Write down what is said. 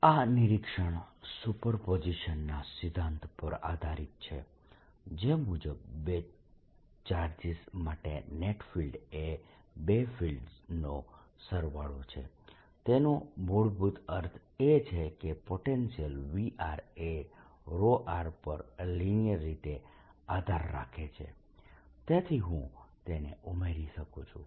આ નિરીક્ષણ સુપરપોઝિશનના સિદ્ધાંત પર આધારિત છે જે મુજબ બે ચાર્જીસ માટે નેટ ફિલ્ડ એ બે ફિલ્ડ્સનો સરવાળો છે તેનો મૂળભૂત અર્થ એ છે કે પોટેન્શિયલ V એ પર લિનીયર રીતે આધાર રાખે છે તેથી હું તેને ઉમેરી શકુ છું